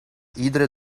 iedere